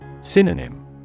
Synonym